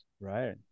Right